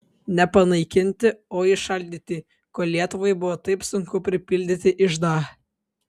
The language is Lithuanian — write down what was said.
ne panaikinti o įšaldyti kol lietuvai buvo taip sunku pripildyti iždą